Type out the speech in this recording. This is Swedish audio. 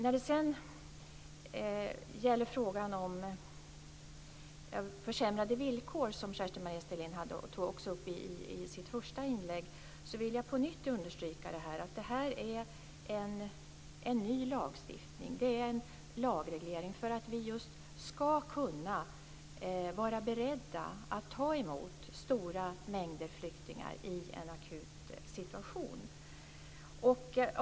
När det sedan gäller frågan om försämrade villkor, som Kerstin-Maria Stalin tog upp i sitt första inlägg, vill jag på nytt understryka att detta är en ny lagstiftning. Det är en lagreglering för att vi ska kunna vara beredda att ta emot stora mängder flyktingar i en akut situation.